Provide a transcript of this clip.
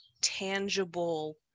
tangible